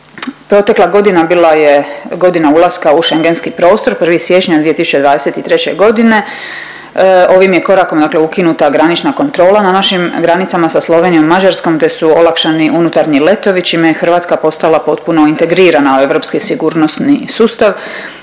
Protekla godina bila je godina ulaska u Schengenski prostor 1. siječnja 2023. godine, ovim je korakom dakle ukinuta granična kontrola na našim granicama sa Slovenijom i Mađarskom te su olakšani unutarnji letovi, čime je Hrvatska postala potpuno integrirana u europski sigurnosni sustav.